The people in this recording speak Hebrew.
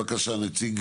לא --- בבקשה, נציג